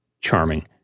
charming